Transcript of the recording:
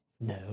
No